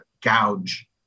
gouge